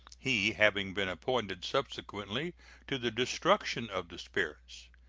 he having been appointed subsequently to the destruction of the spirits.